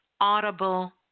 audible